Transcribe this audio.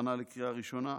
בהכנה לקריאה ראשונה.